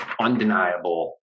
undeniable